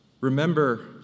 remember